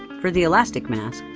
for the elastic mask,